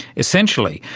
essentially,